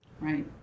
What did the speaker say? right